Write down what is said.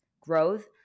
growth